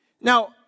Now